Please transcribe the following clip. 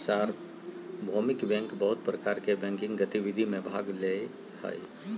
सार्वभौमिक बैंक बहुत प्रकार के बैंकिंग गतिविधि में भाग ले हइ